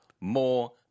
more